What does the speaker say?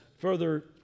further